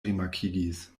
rimarkigis